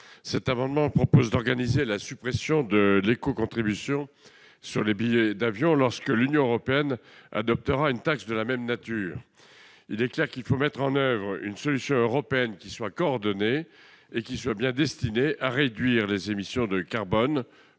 Cet amendement tend à organiser la suppression de l'éco-contribution sur les billets d'avion une fois que l'Union européenne adoptera une taxe de même nature. Il est clair qu'il faut mettre en oeuvre une solution européenne coordonnée pour réduire les émissions de carbone